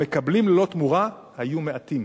המקבלים ללא תמורה היו מעטים.